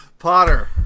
potter